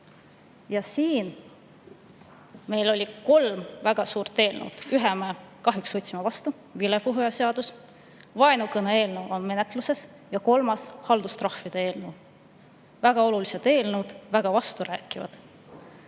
Meil oli siin kolm väga suurt eelnõu. Ühe me kahjuks võtsime vastu: vilepuhujaseadus. Vaenukõne-eelnõu on menetluses ja kolmas on haldustrahvide eelnõu. Väga olulised eelnõud, väga vasturääkivad.